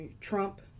Trump